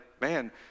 man